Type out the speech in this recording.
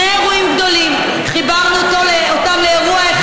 חברת הכנסת שולי מועלם,